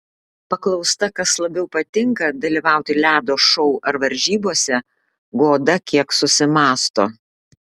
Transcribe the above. paklausta kas labiau patinka dalyvauti ledo šou ar varžybose goda kiek susimąsto